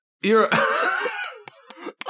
You're-